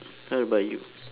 how about you